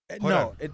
no